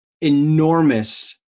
enormous